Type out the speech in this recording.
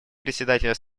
председателя